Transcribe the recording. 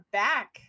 back